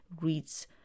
reads